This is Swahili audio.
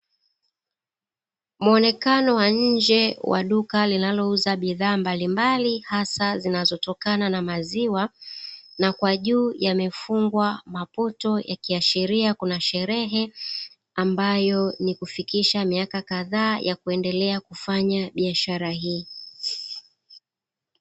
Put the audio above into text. Mwonekano wa nje wa duka linalouza bidhaa mbalimbali, hasa zinazotokana na maziwa, na kwa juu yamefungwa maputo yakiashiria kuna sherehe, ambayo ni kufikisha miaka kadhaa ya kuendelea kufanya biashara hii.